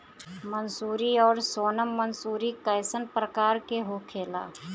मंसूरी और सोनम मंसूरी कैसन प्रकार होखे ला?